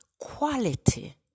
quality